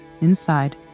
Inside